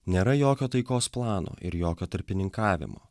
nėra jokio taikos plano ir jokio tarpininkavimo